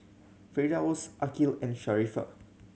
Firdaus Aqil and Sharifah